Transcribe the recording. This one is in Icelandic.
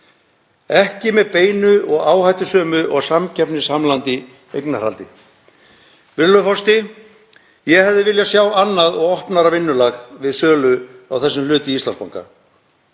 ekki með beinu og áhættusömu og samkeppnishamlandi eignarhaldi. Virðulegur forseti. Ég hefði viljað sjá annað og opnara vinnulag við sölu á þessum hlut í Íslandsbanka.